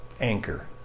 anchor